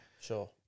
Sure